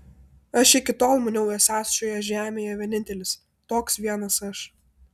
aš iki tol maniau esąs šioje žemėje vienintelis toks vienas aš